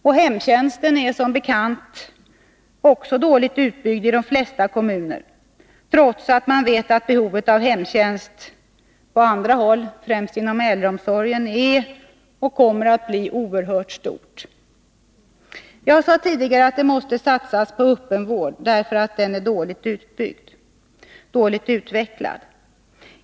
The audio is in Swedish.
Och hemtjänsten är som bekant också dåligt utbyggd i de flesta kommuner — trots att man vet att behovet av hemtjänst på andra håll, främst inom äldreomsorgen, är och kommer att bli oerhört stort. Jag sade tidigare att det måste satsas på öppen vård därför att den är dåligt utvecklad.